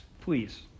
please